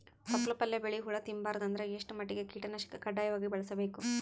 ತೊಪ್ಲ ಪಲ್ಯ ಬೆಳಿ ಹುಳ ತಿಂಬಾರದ ಅಂದ್ರ ಎಷ್ಟ ಮಟ್ಟಿಗ ಕೀಟನಾಶಕ ಕಡ್ಡಾಯವಾಗಿ ಬಳಸಬೇಕು?